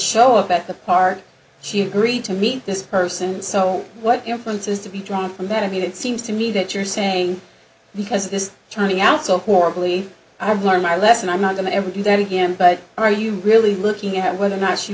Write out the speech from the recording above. show up at the party she agreed to meet this person so what influences to be drawn from that i mean it seems to me that you're saying because this is turning out so horribly i have learned my lesson i'm not going to ever do that again but are you really looking at whether or not she